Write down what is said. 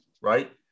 right